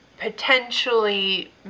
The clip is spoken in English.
potentially